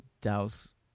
douse